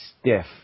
stiff